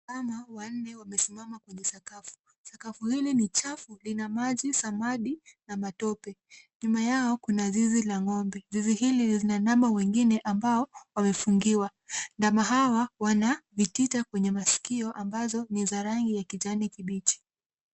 Ndama wanne wamesimama kwenye sakafu. Sakafu hili ni chafu lina maji, samadi na matope. Nyuma yao kuna zizi la ng'ombe. Zizi hili lina ndama wengine ambao wamefungiwa. Ndama hawa wana vitita kwenye masikio ambazo ni za rangi ya kijani kibichi.